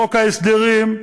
מחוק ההסדרים,